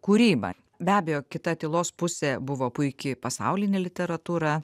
kūrybą be abejo kita tylos pusė buvo puiki pasaulinė literatūra